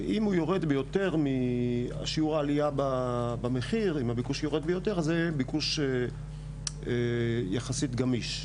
אם הוא יורד ביותר משיעור העלייה במחיר זה ביקוש יחסית גמיש,